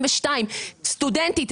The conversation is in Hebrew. סטודנטית,